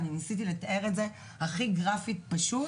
אני ניסיתי לתאר את זה הכי גרפי, פשוט,